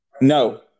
No